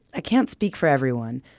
i can't speak for everyone,